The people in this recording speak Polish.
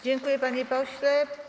Dziękuję, panie pośle.